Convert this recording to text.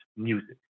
music